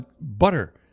butter